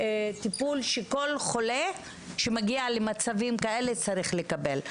מהטיפול שכל חולה שמגיע למצבים כאלה צריך לקבל.